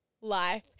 life